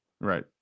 Right